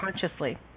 consciously